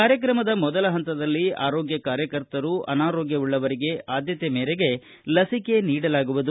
ಕಾರ್ಯಕ್ರಮದ ಮೊದಲ ಪಂತದಲ್ಲಿ ಆರೋಗ್ತ ಕಾರ್ಯಕರ್ತರು ಅನಾರೋಗ್ತವುಳ್ಳವರಿಗೆ ಆದ್ಯತೆ ಮೇರೆಗೆ ಲಸಿಕೆ ನೀಡಲಾಗುವುದು